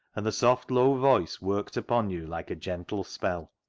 and the soft low voice worked upon you like a gentle spell.